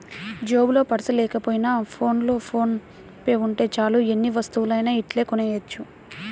జేబులో పర్సు లేకపోయినా ఫోన్లో ఫోన్ పే ఉంటే చాలు ఎన్ని వస్తువులనైనా ఇట్టే కొనెయ్యొచ్చు